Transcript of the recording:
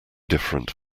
different